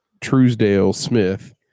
Truesdale-Smith